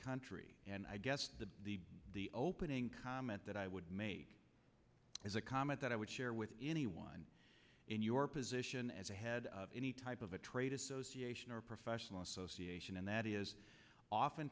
country and i guess the the the opening comment that i would make is a comment that i would share with anyone in your position as a head of any type of a trade association or professional association and that is